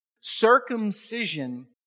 Circumcision